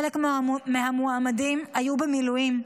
חלק מהמועמדים היו במילואים,